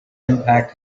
impact